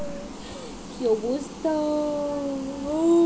Joint দলিলে কি কৃষি লোন পাব?